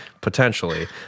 potentially